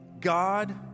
God